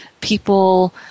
people